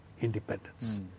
independence